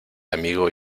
amigo